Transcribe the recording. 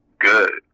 good